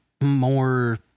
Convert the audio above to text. more